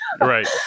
Right